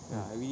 mm